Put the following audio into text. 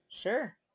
Sure